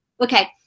Okay